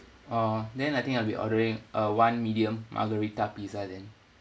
oh then I think I'll be ordering uh one medium margherita pizza then